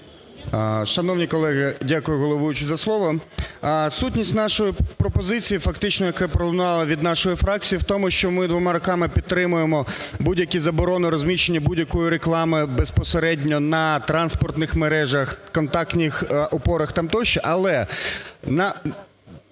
Шановні колеги! Дякую, головуючий, за слово. Сутність нашої пропозиції в фактично, яке пролунало від нашої фракції, в тому, що ми двома руками підтримуємо будь-які заборони розміщення будь-якої реклами безпосередньо на транспортних мережах, контактних опорах там тощо,